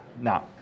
no